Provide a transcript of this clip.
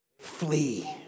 flee